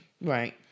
Right